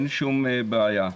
אין שום בעיה.